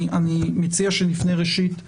אני מציע שנפנה ראשית לפרופ'